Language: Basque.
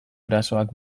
erasoak